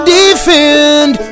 defend